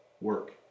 work